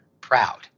proud